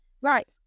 Right